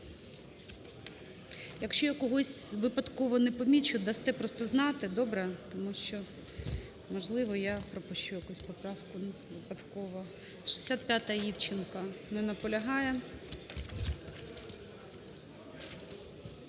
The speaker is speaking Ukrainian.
Якщо я когось випадково не помічу, дасте просто знати. Добре? Тому що, можливо, я пропущу якусь поправку випадково. 65-а, Івченко. Не наполягає.